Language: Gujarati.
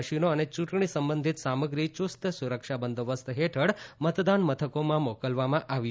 મશીનો અને ચૂંટણી સંબંધિત સામગ્રી ચુસ્ત સુરક્ષા બંદોબસ્ત હેઠલ મતદાન મથકોમાં મોકલવામાં આવી છે